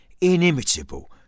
inimitable